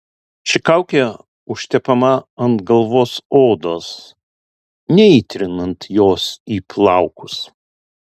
ši kaukė užtepama ant galvos odos neįtrinant jos į plaukus